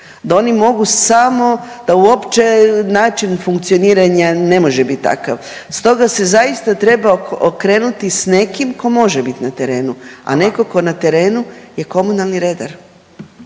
da oni mogu samo, da uopće način funkcioniranja ne može bit takav, stoga se zaista treba okrenuti s nekim tko može bit na terenu … .../Upadica: Hvala./... … a netko tko na terenu je komunalni redar.